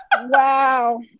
Wow